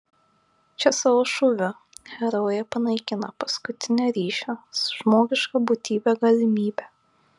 čia savo šūviu herojė panaikina paskutinę ryšio su žmogiška būtybe galimybę